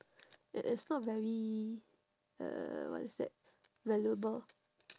it is not very uh what is that valuable